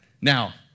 Now